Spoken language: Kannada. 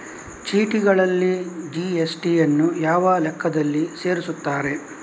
ಚೀಟಿಗಳಲ್ಲಿ ಜಿ.ಎಸ್.ಟಿ ಯನ್ನು ಯಾವ ಲೆಕ್ಕದಲ್ಲಿ ಸೇರಿಸುತ್ತಾರೆ?